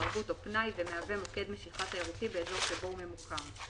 תרבות או פנאי ומהווה מוקד משיכה תיירותי באזור שבו הוא ממוקם.